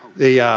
the yeah